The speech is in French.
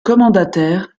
commendataire